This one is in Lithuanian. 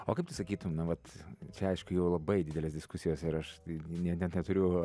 o kaip tu sakytum nu vat čia aišku jau labai didelės diskusijos ir aš neturiu